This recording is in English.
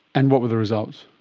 and what were the results?